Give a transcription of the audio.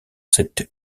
cette